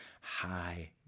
high